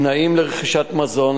2. תנאים לרכישת מזון,